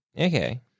Okay